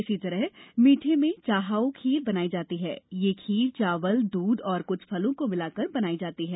इसी तरह मीठे में चाहाओ खीर बनाई जाती है यह खीर चावल दूध और कुछ फलों को मिलाकर बनाई जाती है